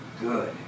good